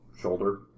shoulder